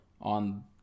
On